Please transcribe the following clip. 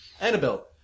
Annabelle